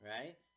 right